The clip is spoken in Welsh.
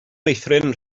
meithrin